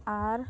ᱟᱨ